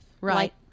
Right